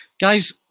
Guys